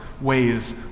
ways